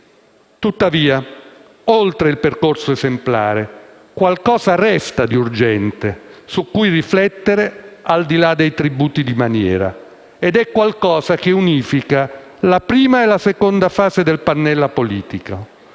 Tuttavia, oltre il percorso esemplare, resta qualcosa di urgente su cui riflettere al di là dei tributi di maniera. Si tratta di qualcosa che unifica la prima e la seconda fase del Pannella politico: